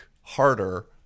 harder